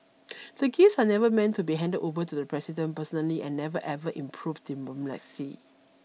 the gifts are never meant to be handed over to the President personally and never ever improved diplomacy